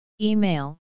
Email